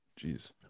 Jeez